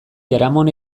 jaramon